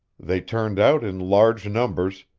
they turned out in large numbers,